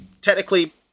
technically